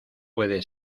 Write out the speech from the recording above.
puede